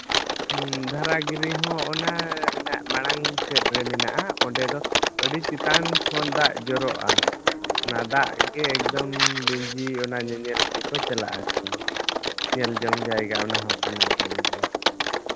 ᱦᱮᱸ ᱫᱷᱟᱨᱟ ᱜᱤᱨᱤ ᱦᱚᱸ ᱚᱱᱟ ᱨᱮᱱᱟᱜ ᱢᱟᱲᱟᱝ ᱥᱮᱫᱨᱮ ᱢᱮᱱᱟᱜᱼᱟ ᱚᱸᱰᱮ ᱫᱚ ᱟᱹᱰᱤ ᱪᱮᱛᱟᱱ ᱠᱷᱚᱱ ᱫᱟᱜ ᱡᱚᱨᱚᱜᱼᱟ ᱚᱱᱟ ᱫᱟᱜ ᱜᱮ ᱮᱠᱫᱚᱢ ᱞᱤᱸᱡᱤ ᱚᱱᱟ ᱧᱮᱧᱮᱞ ᱜᱮᱠᱚ ᱪᱟᱞᱟᱜ ᱟᱠᱚ ᱧᱮᱞ ᱡᱚᱝ ᱡᱟᱭᱜᱟ ᱚᱱᱟᱦᱚᱸ ᱠᱟᱱᱟ ᱠᱟᱱ ᱜᱮᱭᱟ